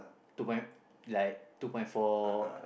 two point like two point four